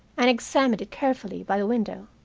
and examined it carefully by a window.